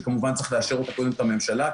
שכמובן צריך לאשר אותה קודם בממשלה,